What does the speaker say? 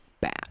bad